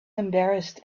embarrassed